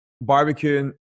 barbecue